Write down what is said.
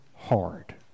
hard